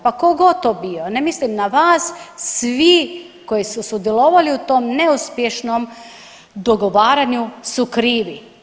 Pa tko god to bio, ne mislim na vas, svi koji su sudjelovali u tom neuspješnom dogovaranju su krivi.